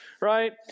Right